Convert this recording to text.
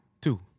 Two